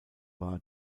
war